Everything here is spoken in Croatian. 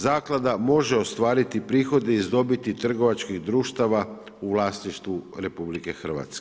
Zaklada može ostvariti prihode iz dobiti trgovačkih društava u vlasništvu RH.